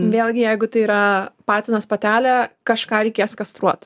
vėlgi jeigu tai yra patinas patelė kažką reikės kastruot